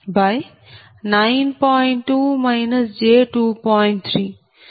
2 j2